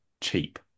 cheap